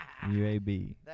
UAB